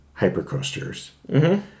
hypercoasters